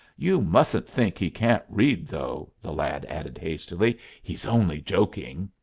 you mustn't think he can't read, though, the lad added hastily. he's only joking.